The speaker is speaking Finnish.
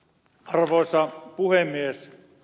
arvoisa puhemies